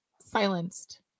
silenced